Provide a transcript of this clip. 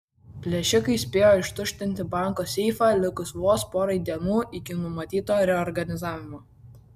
plėšikai spėjo ištuštinti banko seifą likus vos porai dienų iki numatyto reorganizavimo